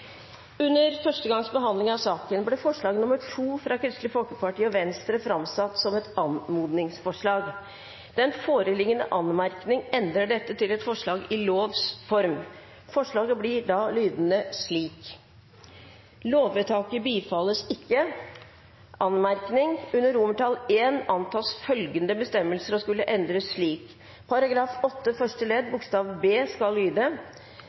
Under første gangs behandling av saken ble forslag nr. 2, fra Kristelig Folkeparti og Venstre, framsatt som et anmodningsforslag. Den foreliggende anmerkning endrer dette til et forslag i lovs form. Forslaget blir da lydende slik: «Lovvedtaket bifalles ikke. Anmerkning: Under I antas følgende bestemmelse å skulle endres slik: § 8 første ledd bokstav b skal lyde: